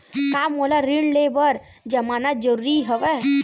का मोला ऋण ले बर जमानत जरूरी हवय?